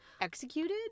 executed